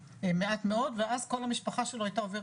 מעט מאוד ואז כל המשפחה שלו הייתה עוברת